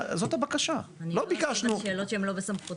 אני לא יכולה לענות על שאלות שהן לא בסמכותי.